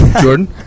Jordan